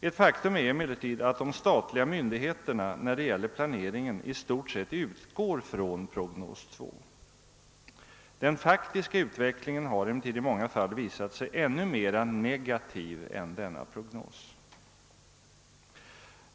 Ett faktum är emellertid att de statliga myndigheterna när det gäller planeringen i stort sett utgår från prognos 2 Den faktiska utvecklingen har emellertid i många fall visat sig ännu mera negativ än denna prognos.